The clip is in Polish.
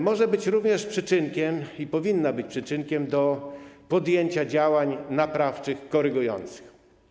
Może być również - i powinna być - przyczynkiem do podjęcia działań naprawczych, korygujących.